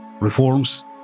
reforms